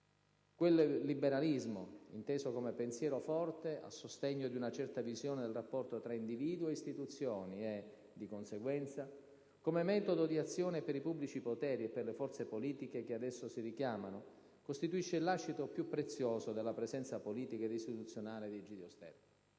Quel liberalismo, inteso come "pensiero forte" a sostegno di una certa visione del rapporto tra individuo e istituzioni e, di conseguenza, come metodo di azione per i pubblici poteri e per le forze politiche che ad esso si richiamano, costituisce il lascito più prezioso della presenza politica ed istituzionale di Egidio Sterpa.